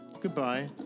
Goodbye